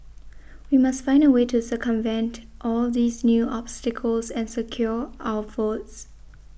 we must find a way to circumvent all these new obstacles and secure our votes